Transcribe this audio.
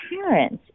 parents